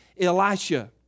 Elisha